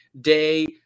day